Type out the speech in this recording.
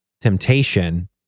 temptation